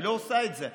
היא לא עושה את זה.